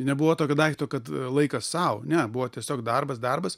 nebuvo tokio daikto kad laikas sau ne buvo tiesiog darbas darbas